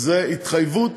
זו התחייבות